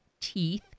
Teeth